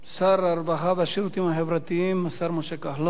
שר הרווחה והשירותים החברתיים, השר משה כחלון.